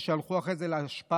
והן הלכו אחרי זה לאשפה.